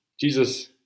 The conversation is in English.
Jesus